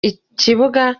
ikibuga